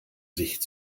sicht